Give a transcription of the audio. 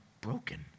broken